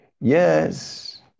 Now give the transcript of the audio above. yes